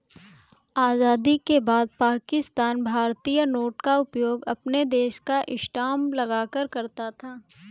आजादी के बाद पाकिस्तान भारतीय नोट का उपयोग अपने देश का स्टांप लगाकर करता था